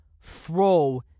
throw